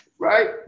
right